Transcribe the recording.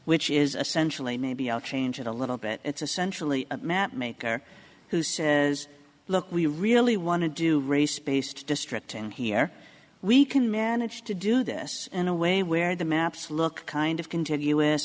which is essentially maybe i'll change it a little bit it's essentially a map maker who says look we really want to do race based district and here we can manage to do this in a way where the maps look kind of continuous